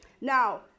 Now